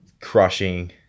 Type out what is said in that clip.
crushing